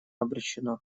обречено